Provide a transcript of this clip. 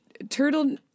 Turtle